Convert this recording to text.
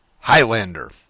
Highlander